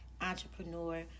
Entrepreneur